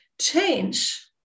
change